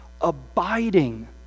abiding